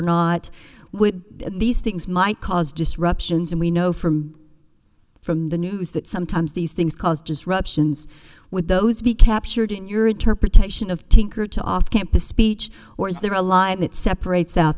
would these things might cause disruptions and we know from from the news that sometimes these things cause disruptions with those be captured in your interpretation of tinker to off campus speech or is there a line that separates out